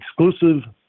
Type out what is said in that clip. exclusive